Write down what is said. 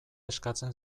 eskatzen